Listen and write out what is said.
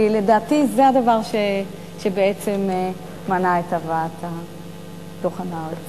לדעתי זה הדבר שבעצם מנע את הבאת הדוחן לארץ.